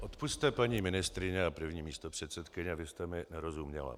Odpusťte, paní ministryně a první místopředsedkyně, vy jste mi nerozuměla.